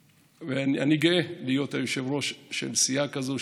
ואני גאה להיות היושב-ראש של סיעה כזו,